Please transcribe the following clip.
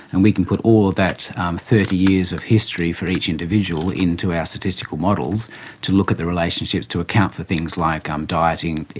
and we can put all of that thirty years of history for each individual into our statistical models to look at the relationships to account for things like um dieting,